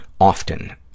Often